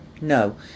No